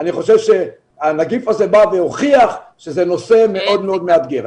אני חושב שהנגיף הזה בא והוכיח שזה נושא מאוד מאוד מאתגר.